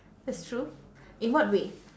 that's true in what way